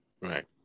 Right